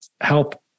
help